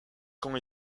camps